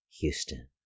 Houston